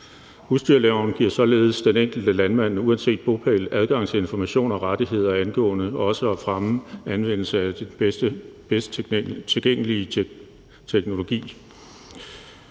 Husdyrloven giver således den enkelte landmand uanset bopæl adgang til information og rettigheder angående fremme af den bedst tilgængelige teknologi.